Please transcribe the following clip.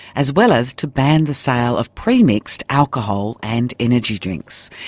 as well as to ban the sale of premixed alcohol and energy drinks.